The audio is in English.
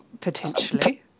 potentially